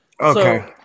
Okay